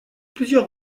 plusieurs